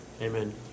Amen